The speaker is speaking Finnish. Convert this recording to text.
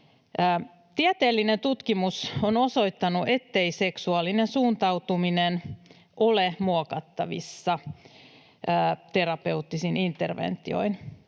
Tieteellinen tutkimus on osoittanut, ettei seksuaalinen suuntautuminen ole muokattavissa terapeuttisin interventioin.